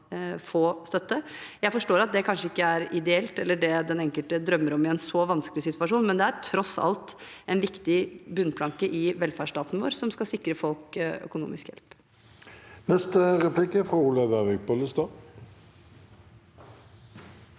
Jeg forstår at det kanskje ikke er ideelt eller det den enkelte drømmer om i en så vanskelig situasjon, men det er tross alt en viktig bunnplanke i velferdsstaten vår, som skal sikre folk økonomisk hjelp. Olaug Vervik Bollestad